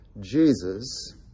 Jesus